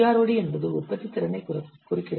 PROD என்பது உற்பத்தித்திறனைக் குறிக்கிறது